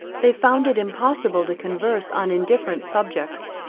they found it impossible to converse on indifferent subjects,